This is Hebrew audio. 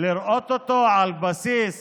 לראות אותו על בסיס